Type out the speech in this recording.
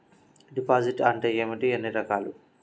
Deposit అంటే ఏమిటీ ఎన్ని రకాలు?